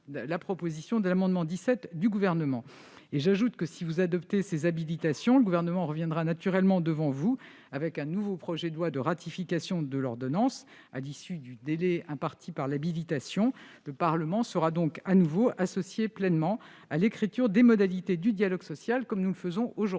dans le cadre de ce dialogue social. Si vous adoptez cette habilitation, le Gouvernement reviendra naturellement devant vous avec un nouveau projet de loi de ratification de l'ordonnance à l'issue du délai imparti par l'habilitation. Le Parlement sera donc de nouveau associé pleinement à l'écriture des modalités du dialogue social, comme aujourd'hui.